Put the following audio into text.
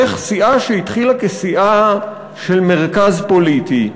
איך סיעה שהתחילה כסיעה של מרכז פוליטי,